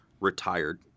retired